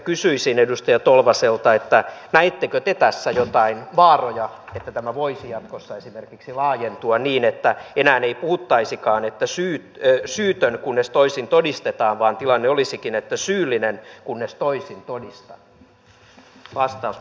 kysyisin edustaja tolvaselta näettekö te tässä jotain vaaroja että tämä voisi jatkossa esimerkiksi laajentua niin että enää ei puhuttaisikaan että syytön kunnes toisin todistetaan vaan tilanne olisikin että syyllinen kunnes toisin todistan